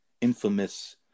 infamous